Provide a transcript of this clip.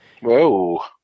Whoa